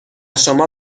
شما